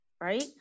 right